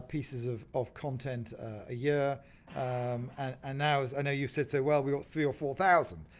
pieces of of content a year and now it's, i know you said so well, we've got three or four thousand.